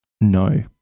No